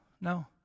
No